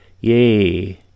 Yay